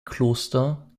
kloster